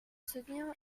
soutenir